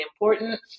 important